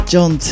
John